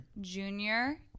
Junior